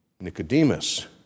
Nicodemus